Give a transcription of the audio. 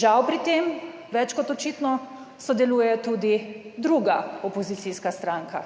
Žal pri tem več kot očitno sodeluje tudi druga opozicijska stranka,